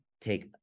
take